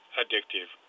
addictive